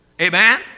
Amen